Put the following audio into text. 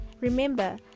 remember